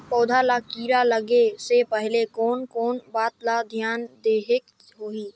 पौध ला कीरा लगे से पहले कोन कोन बात ला धियान देहेक होही?